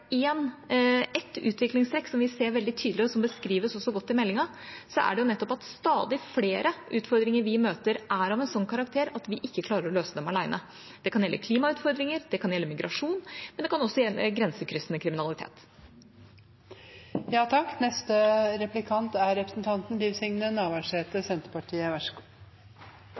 utviklingstrekk som vi ser veldig tydelig, og som beskrives godt i meldinga, er det at stadig flere av utfordringene vi møter, er av en slik karakter at vi ikke klarer å løse dem alene. Det kan gjelde klimautfordringer,